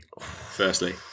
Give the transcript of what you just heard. firstly